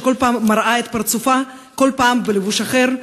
שמראה את פרצופה כל פעם בלבוש אחר,